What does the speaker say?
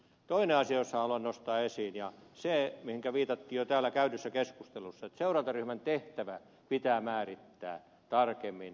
toinen asia jonka haluan nostaa esiin on se mihinkä viitattiin jo täällä käydyssä keskustelussa että seurantaryhmän tehtävä pitää määrittää tarkemmin